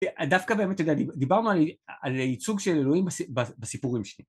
דווקא באמת דיברנו על ייצוג של אלוהים בסיפורים שלי